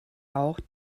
auch